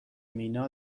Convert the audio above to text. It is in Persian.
مینا